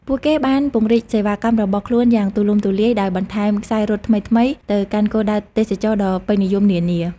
ពួកគេបានពង្រីកសេវាកម្មរបស់ខ្លួនយ៉ាងទូលំទូលាយដោយបន្ថែមខ្សែរត់ថ្មីៗទៅកាន់គោលដៅទេសចរណ៍ដ៏ពេញនិយមនានា។